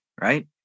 Right